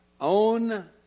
own